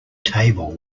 table